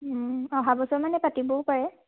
অহা বছৰমানে পাতিবও পাৰে